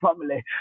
family